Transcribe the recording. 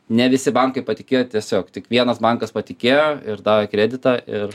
ne visi bankai patikėjo tiesiog tik vienas bankas patikėjo ir davė kreditą ir